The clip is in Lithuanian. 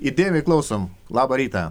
įdėmiai klausom labą rytą